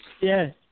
Yes